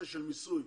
מיסוי,